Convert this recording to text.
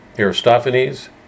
Aristophanes